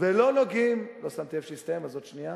לא שמתי לב שהזמן הסתיים,